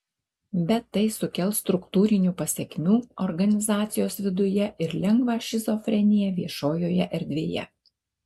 bet tai sukels struktūrinių pasekmių organizacijos viduje ir lengvą šizofreniją viešojoje erdvėje